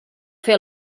fer